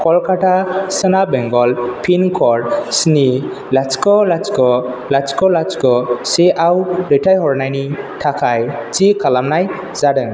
कलकाता सोना Bengal pin code स्नि लाथिख' लाथिख' लाथिख' लाथिख' से आव दैथाय हरनायनि थाखाय थि खालामनाय जादों